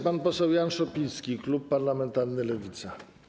Pan poseł Jan Szopiński, klub parlamentarny Lewica.